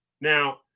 Now